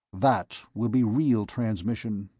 that will be real transmission.